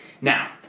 Now